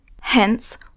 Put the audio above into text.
Hence